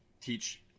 teach